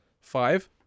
Five